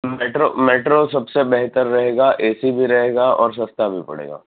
metro metro સબસે બહેતર રહેગા એસી ભી રહેગા ઓર સસ્તા ભી પડેગા